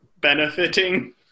benefiting